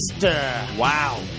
Wow